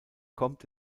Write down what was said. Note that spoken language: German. kommt